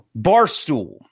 Barstool